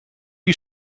you